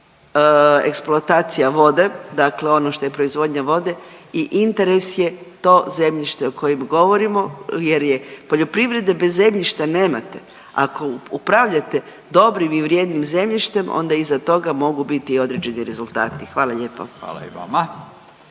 eksploatacija vode, dakle ono što je proizvodnja vode i interes je to zemljište o kojem govorimo jer je, poljoprivrede bez zemljišta nemate. Ako upravljate dobrim i vrijedim zemljištem onda iza toga mogu biti i određeni rezultati. Hvala lijepo. **Radin,